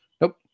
Nope